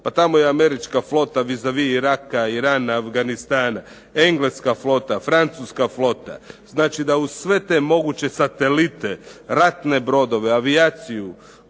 pa tamo je američka flota vis a vis Iraka, Irana, Afganistana, engleska flota, francuska flota. Znači da uz sve te moguće salite, ratne brodove, avijaciju